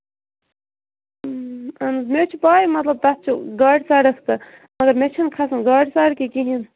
اۭں اہَن حظ مےٚ چھُ پَے مطلب تَتھ چھُ گاڑِ سَڑَک تہِ مگر مےٚ چھِنہٕ کھَسُن گاڑِ سَڑکہِ کِہیٖنۍ نہٕ